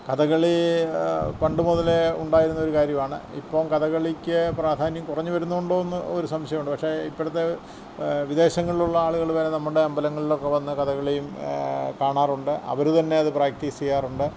കഥകളി പണ്ടു മുതലേ ഉണ്ടായിരുന്നൊരു കാര്യമാണ് ഇപ്പം കഥകളിക്ക് പ്രാധാന്യം കുറഞ്ഞു വരുന്നുണ്ടോയെന്ന് ഒരു സംശയമുണ്ട് പക്ഷേ ഇപ്പോഴത്തെ വിദേശങ്ങളിലുള്ള ആളുകൾ വേണേ നമ്മുടെ അമ്പലങ്ങളിലൊക്കെ വന്നു കഥകളിയും കാണാറുണ്ട് അവർ തന്നെ അതു പ്രാക്ടീസ് ചെയ്യാറുണ്ട്